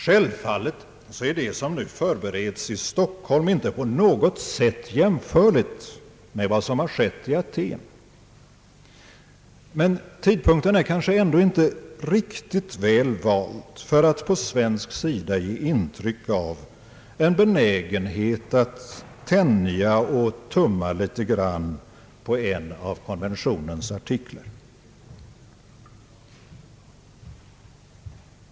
Självfallet är det som nu förbereds i Stockholm inte på något sätt jämförligt med det som har skett i Aten, men tidpunkten är kanske inte riktigt väl vald för att från svensk sida vilja ge intryck av en benägenhet att tänja litet på en av konventionens artiklar.